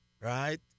Right